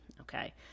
okay